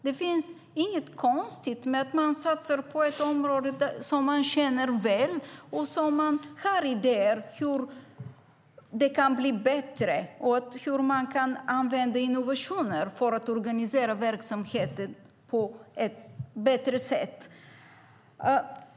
Det är inget konstigt med att man satsar på ett område som man känner väl och där man har idéer om hur det kan bli bättre och hur man kan använda innovationer för att organisera verksamheten på ett bättre sätt.